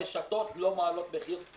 הרשתות לא מעלות מחיר.